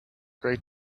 great